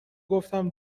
گفتم